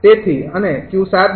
તેથી અને